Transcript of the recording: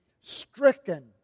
Stricken